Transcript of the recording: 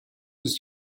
was